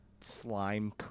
slime